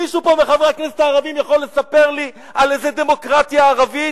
מישהו פה מחברי הכנסת הערבים יכול לספר לנו על איזה דמוקרטיה ערבית?